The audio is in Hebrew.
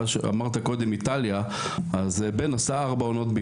הרגולציה היא בעצם על התחרויות,